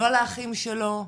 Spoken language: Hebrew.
לא על האחים שלו,